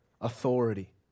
Authority